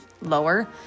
lower